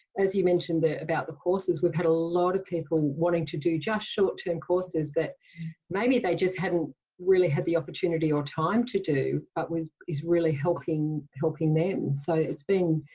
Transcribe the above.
as you mentioned that about the courses, we've had a lot of people wanting to do just short term and courses that maybe they just hadn't really had the opportunity or time to do. but was is really helping helping them. so it's been